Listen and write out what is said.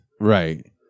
Right